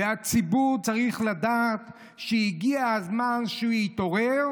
והציבור צריך לדעת שהגיע הזמן שהוא יתעורר.